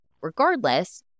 Regardless